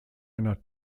einer